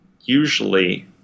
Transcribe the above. usually